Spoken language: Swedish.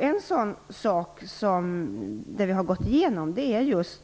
En sak som vi har gått igenom är just